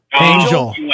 Angel